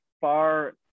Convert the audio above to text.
far